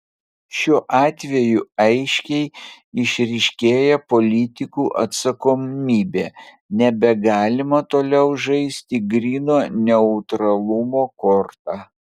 šiuo atveju aiškiai išryškėja politikų atsakomybė nebegalima toliau žaisti gryno neutralumo korta